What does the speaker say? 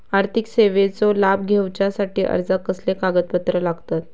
आर्थिक सेवेचो लाभ घेवच्यासाठी अर्जाक कसले कागदपत्र लागतत?